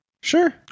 Sure